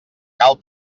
cal